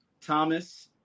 Thomas